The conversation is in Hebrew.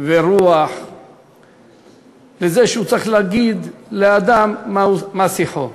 ורוח לזה שהוא צריך להגיד לאדם מה שיחו?